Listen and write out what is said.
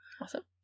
Awesome